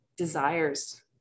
desires